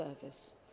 service